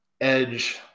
edge